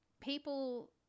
people